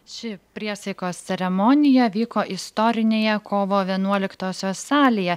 ši priesaikos ceremonija vyko istorinėje kovo vienuoliktosios salėje